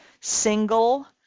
single